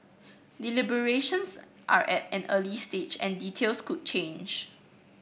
deliberations are at an early stage and details could change